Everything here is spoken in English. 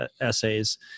essays